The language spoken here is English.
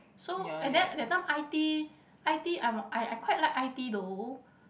so and then at that time I_T I_T I wan~ I quite like I_T though